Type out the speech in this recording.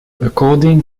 according